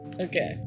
Okay